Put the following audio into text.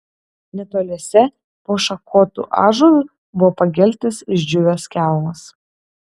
netoliese po šakotu ąžuolu buvo pageltęs išdžiūvęs kelmas